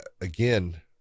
again